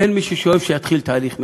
אין מי ששואף כמוני שיתחיל תהליך מדיני,